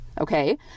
okay